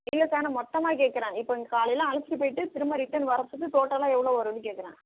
இல்லை சார் நான் மொத்தமாக கேட்கறேன் இப்போ நீங்க காலையில் அழைச்சிகிட்டு போயிவிட்டு திரும்ப ரிட்டர்ன் வரத்துக்கு டோட்டலாக எவ்வளோ வருன்னு கேட்கறேன்